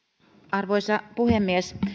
arvoisa puhemies